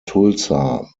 tulsa